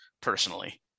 personally